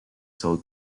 sold